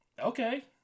okay